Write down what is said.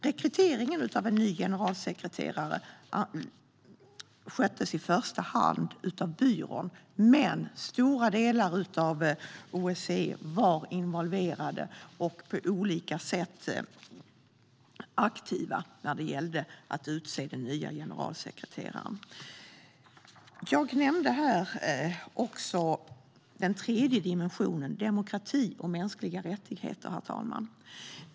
Rekryteringen av en ny generalsekreterare sköttes i första hand av byrån, men stora delar av OSSE var involverade och på olika sätt aktiva när det gällde att utse den nya generalsekreteraren. Herr talman! Jag nämnde tidigare den tredje dimensionen, demokrati och mänskliga rättigheter.